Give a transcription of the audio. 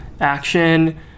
action